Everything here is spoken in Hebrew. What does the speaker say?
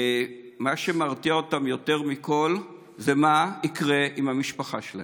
מה שמרתיע אותם יותר מכול זה מה שיקרה עם המשפחה שלהם.